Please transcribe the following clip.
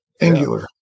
angular